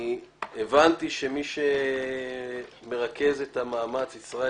אני הבנתי שמי שמרכז את המאמץ ישראל,